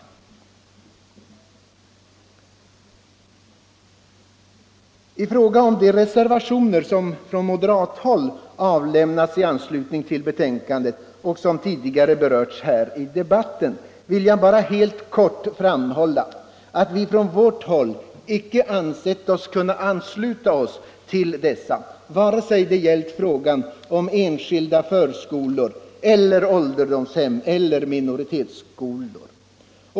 minoritetspolitiken, I fråga om de reservationer som från moderathåll avlämnats i anslutning — m.m. till betänkandet och som tidigare berörts i debatten vill jag bara helt kort framhålla att vi från vårt håll inte har kunnat ansluta oss till dessa vare sig det gällt frågan om enskilda förskolor eller ålderdomshem eller minoritetsskolor.